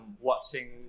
watching